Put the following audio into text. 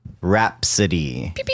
Rhapsody